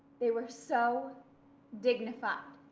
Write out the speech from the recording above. they were so dignified,